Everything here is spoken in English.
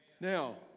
Now